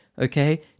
Okay